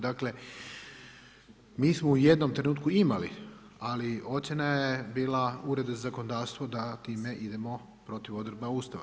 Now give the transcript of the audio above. Dakle, mi smo u jednom trenutku imali ali ocjena je bila Ureda za zakonodavstvo da time idemo protiv odredaba Ustava.